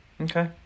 Okay